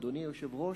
אדוני היושב-ראש.